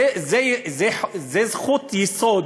זו זכות יסוד.